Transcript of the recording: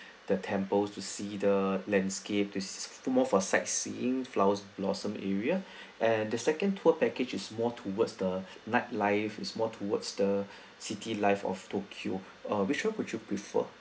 the temples to see the landscape to~ more for sightseeing flowers blossom area and the second tour package is more towards the night life is more towards the city life of tokyo err which [one] would you prefer